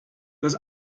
das